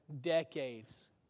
decades